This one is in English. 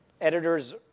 editors